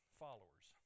followers